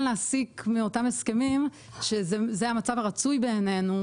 להסיק מאותם הסכמים שזה המצב הרצוי בעינינו,